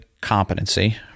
competency